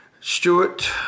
Stewart